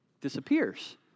disappears